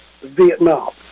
Vietnam